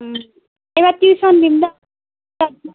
এইবাৰ টিউশ্যন দিম ন'